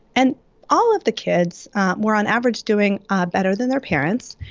and all of the kids were, on average, doing ah better than their parents,